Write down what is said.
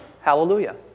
Hallelujah